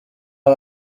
aba